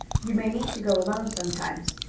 you may need to go alone sometimes.